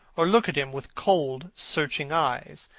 or look at him with cold searching eyes,